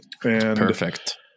Perfect